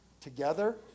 together